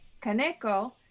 Kaneko